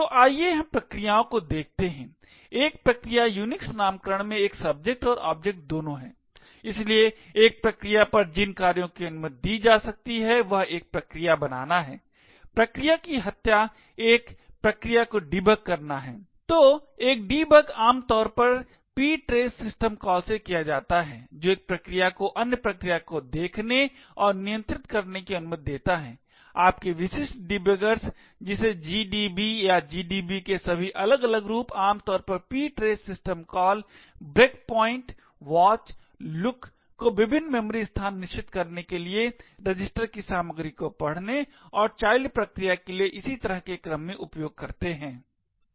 तो आइए हम प्रक्रियाओं को देखते हैं एक प्रक्रिया UNIX नामकरण में एक सब्जेक्ट और ओंजेक्ट दोनों है इसलिए एक प्रक्रिया पर जिन कार्यों की अनुमति दी जा सकती है वह एक प्रक्रिया बनाना प्रक्रिया की ह्त्या या एक प्रक्रिया को डीबग करना है तो एक डीबग आमतौर ptrace सिस्टम कॉल से किया जाता है जो एक प्रक्रिया को अन्य प्रक्रिया को देखने और नियंत्रित करने की अनुमति देता है आपके विशिष्ट डीबगर्स जैसे GDB या GDB के सभी अलग अलग रूप आमतौर पर ptrace system call breakpoint watch look को विभिन्न मेमोरी स्थान निश्चित करने के लिए रजिस्टर की सामग्री पढ़ने और चाइल्ड प्रक्रिया के लिए इसी तरह के क्रम में उपयोग करते है